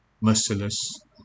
merciless